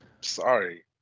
Sorry